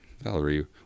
Valerie